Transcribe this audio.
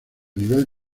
nivel